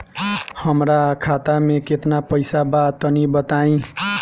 हमरा खाता मे केतना पईसा बा तनि बताईं?